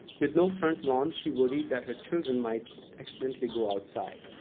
with no front lawn, she worried that her children might accidentally go outside.